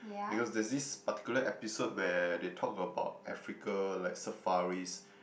because there's this particular episode where they talk about Africa like safaris